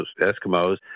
Eskimos